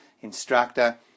instructor